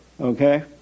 Okay